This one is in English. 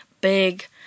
big